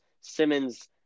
Simmons